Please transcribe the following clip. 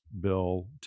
Bill